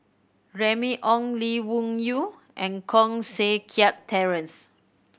Remy Ong Lee Wung Yew and Koh Seng Kiat Terence